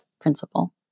principle